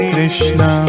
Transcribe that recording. Krishna